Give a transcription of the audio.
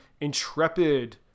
intrepid